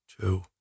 two